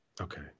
Okay